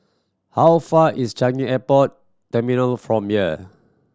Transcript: how far is Changi Airport Terminal from here